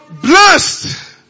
Blessed